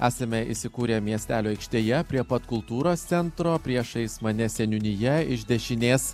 esame įsikūrę miestelio aikštėje prie pat kultūros centro priešais mane seniūnija iš dešinės